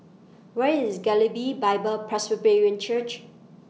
Where IS Galilee Bible Presbyrian Church